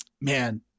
Man